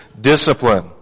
discipline